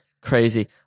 Crazy